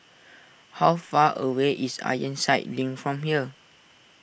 how far away is Ironside Link from here